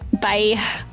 Bye